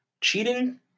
cheating